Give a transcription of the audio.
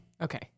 Okay